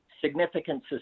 significant